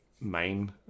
main